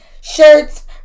shirts